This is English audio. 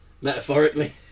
metaphorically